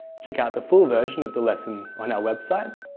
check out the full version of the lesson on our website.